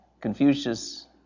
Confucius